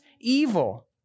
evil